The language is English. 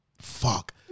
fuck